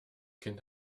kind